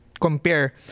compare